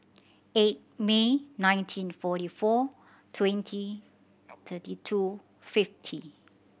eight May nineteen forty four twenty thirty two fifty